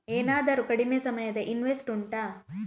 ಏನಾದರೂ ಕಡಿಮೆ ಸಮಯದ ಇನ್ವೆಸ್ಟ್ ಉಂಟಾ